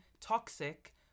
toxic